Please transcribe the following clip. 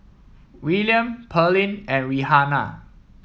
Willaim Pearline and Rihanna